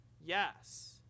yes